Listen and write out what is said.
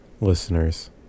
listeners